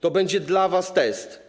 To będzie dla was test.